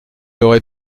aurait